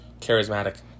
charismatic